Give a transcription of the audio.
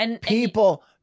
People